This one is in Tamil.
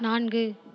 நான்கு